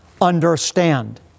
understand